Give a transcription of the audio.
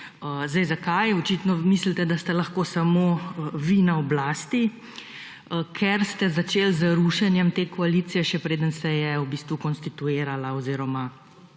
Zdaj zakaj očitno mislite, da ste lahko samo vi na oblasti? Ker ste začeli z rušenjem te koalicije, še preden se je v bistvu konstituirala oziroma